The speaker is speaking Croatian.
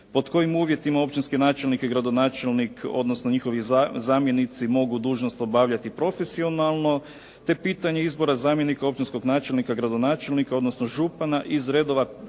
Pod kojim uvjetima općinski načelnik i gradonačelnik, odnosno njihovi zamjenici mogu dužnost obavljati profesionalno te pitanje izbora zamjenika općinskog načelnika, gradonačelnika odnosno župana iz redova